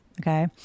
Okay